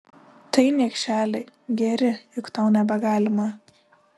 tai niekšeli geri juk tau nebegalima